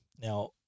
Now